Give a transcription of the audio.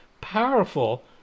powerful